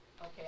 Okay